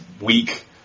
week